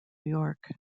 york